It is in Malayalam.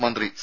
മന്ത്രി സി